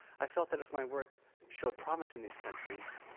i felt that if my work showed promise in these countries,